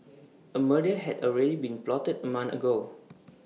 A murder had already been plotted A month ago